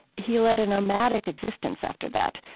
he led a nomadic existence after that,